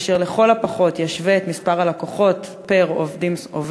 אשר לכל הפחות תשווה את מספר הלקוחות פר עובד